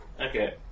Okay